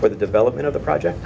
for the development of the project